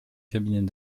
cabinet